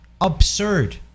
absurd